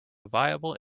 viable